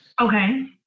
Okay